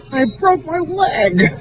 i've broke my leg.